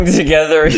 together